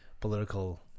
political